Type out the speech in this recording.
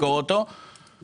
אני אמכור אותו בסכום הזה,